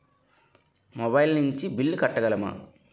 Mobile నుంచి bill కట్టగలమ?